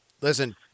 Listen